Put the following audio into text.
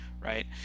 right